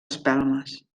espelmes